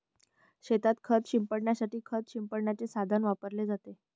शेतात खत शिंपडण्यासाठी खत शिंपडण्याचे साधन वापरले जाते